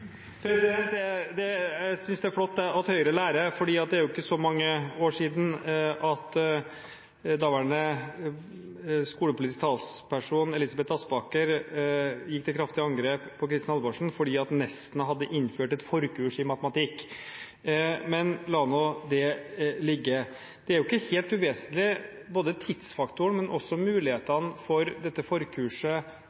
forkurs som jeg antar skal ha nivået 4. Jeg synes det er flott at Høyre lærer, for det er ikke så mange år siden at daværende skolepolitisk talsperson, Elisabeth Aspaker, gikk til kraftig angrep på Kristin Halvorsen fordi Nesna hadde innført et forkurs i matematikk. Men la nå det ligge. Det er ikke helt uvesentlig, verken tidsfaktoren eller muligheten for dette forkurset